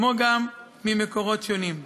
כמו גם ממקורות שונים.